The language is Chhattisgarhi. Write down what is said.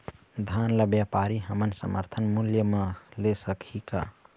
धान ला व्यापारी हमन समर्थन मूल्य म ले सकही का?